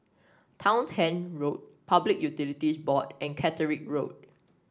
Townshend Road Public Utilities Board and Caterick Road